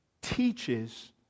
teaches